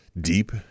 deep